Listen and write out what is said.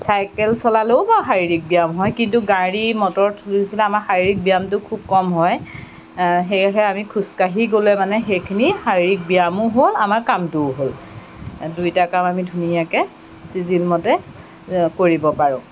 cycle চলালেও বাৰু শাৰীৰিক ব্য়ায়াম হয় কিন্তু গাড়ী মটৰত ঘূৰি থাকিলে আমাৰ শাৰিৰীক ব্য়ায়ামটো খুব কম হয় সেয়েহে আমি খোজকাঢ়ি গ'লে মানে সেইখিনি শাৰীৰিক ব্য়ায়ামো হ'ল আমাৰ কামটোও হ'ল দুয়োটা কাম আমি ধুনীয়াকৈ চিজিলমতে কৰিব পাৰোঁ